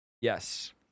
Yes